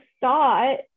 thought